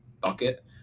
bucket